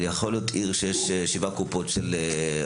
זו יכולה להיות עיר שיש בה שבע קופות כללית,